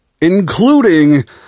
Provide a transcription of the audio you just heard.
Including